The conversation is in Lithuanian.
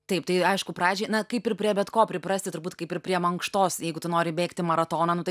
taip tai aišku pradžiai na kaip ir prie bet ko priprasti turbūt kaip ir prie mankštos jeigu tu nori bėgti maratoną nu tai